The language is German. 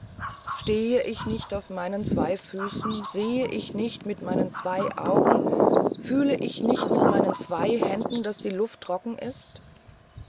stehe ich nicht auf meinen zwei füßen sehe ich nicht mit meinen zwei augen fühle ich nicht mit meinen zwei händen daß die luft trocken ist